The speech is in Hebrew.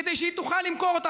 כדי שהיא תוכל למכור אותה,